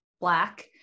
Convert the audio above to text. Black